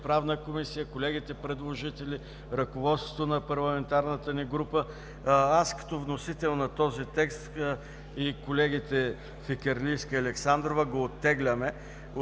Правна комисия, колегите предложители, ръководството на парламентарната ни група и аз, като вносител на този текст и колегите Фикирлийска и Александрова – го оттегляме.